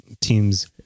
team's